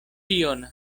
tion